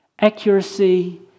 accuracy